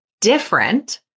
different